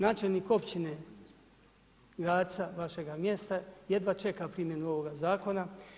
Načelnik općine ... vašega mjesta jedva čeka primjenu ovoga Zakona.